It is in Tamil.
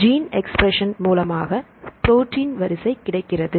ஜீன் எக்ஸ்பிரஷன் மூலமாக புரோட்டின் வரிசை கிடைக்கிறது